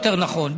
יותר נכון,